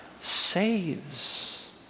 saves